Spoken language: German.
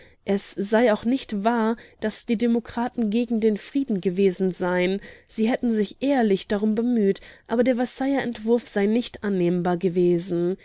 es sei auch nicht wahr daß die demokraten gegen den frieden gewesen seien sie hätten sich ehrlich darum bemüht aber der versailler entwurf sei nicht annehmbar gewesen